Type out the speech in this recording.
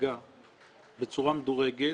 בהדרגה בצורה מדורגת,